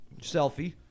selfie